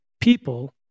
people